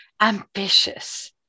ambitious